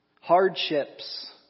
Hardships